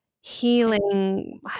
Healing